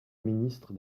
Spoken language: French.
ministre